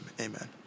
amen